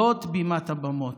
זאת בימת הבמות.